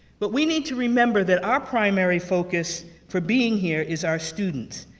but we need to remember that our primary focus, for being here, is our students.